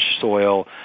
soil